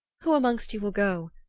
who amongst you will go?